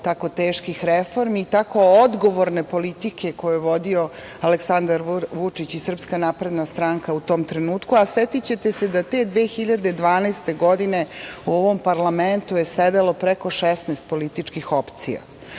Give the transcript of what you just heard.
tako teških reformi i tako odgovorne politike koju je vodio Aleksandar Vučić i Srpska napredna stranka u tom trenutku. Setiće te se da te 2012. godine, u ovom parlamentu je sedelo preko 16 političkih opcija.